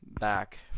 back